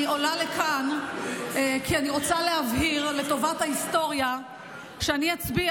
אני עולה לכאן כי אני רוצה להבהיר לטובת ההיסטוריה שאני אצביע